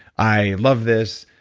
i love this.